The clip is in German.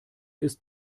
ist